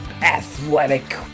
athletic